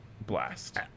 blast